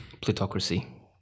Plutocracy